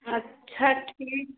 अच्छा ठीक